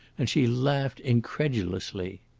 and she laughed incredulously.